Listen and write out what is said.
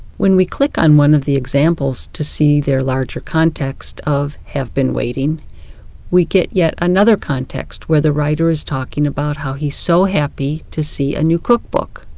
when we click on one of the examples to see their larger context of have been waiting we get yet another context where the writer is talking about how he's so happy to see a new cookbook.